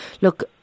Look